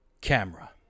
camera